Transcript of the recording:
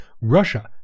Russia